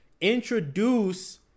introduce